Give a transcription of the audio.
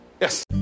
Yes